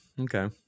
Okay